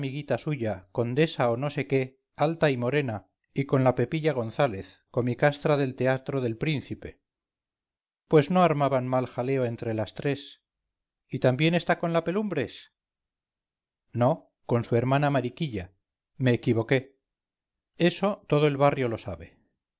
suya condesa o no sé qué alta y morena y con la pepilla gonzález comicastra del treato delpríncipe pues no armaban mal jaleo entre las tres y también está con la pelumbres no con su hermana mariquilla me equivoqué eso todo el barrio lo sabe